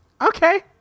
Okay